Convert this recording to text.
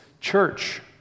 church